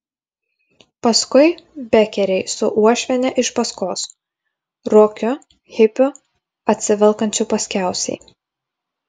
paskui bekeriai su uošviene iš paskos rokiu hipiu atsivelkančiu paskiausiai